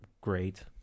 great